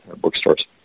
bookstores